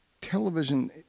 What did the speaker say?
television